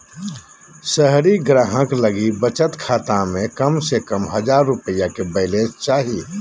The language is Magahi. शहरी ग्राहक लगी बचत खाता में कम से कम हजार रुपया के बैलेंस चाही